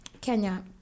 Kenya